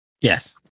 Yes